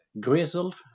grizzle